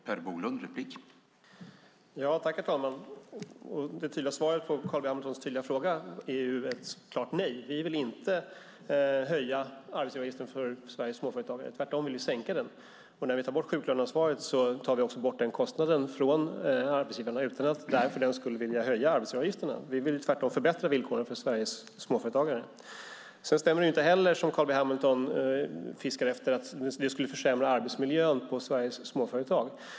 Herr talman! Det tydliga svaret på Carl B Hamiltons tydliga fråga är ett klart nej. Vi vill inte höja arbetsgivaravgiften för Sveriges småföretagare; tvärtom vill vi sänka den. När vi tar bort sjuklöneansvaret tar vi också bort denna kostnad från arbetsgivarna utan att för den skull vilja höja arbetsgivaravgifterna. Vi vill tvärtom förbättra villkoren för Sveriges småföretagare. Sedan stämmer det inte heller som Carl B Hamilton fiskar efter att det skulle försämra arbetsmiljön på Sveriges småföretag.